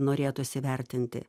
norėtųsi vertinti